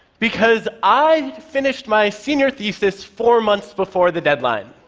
because i finished my senior thesis four months before the deadline.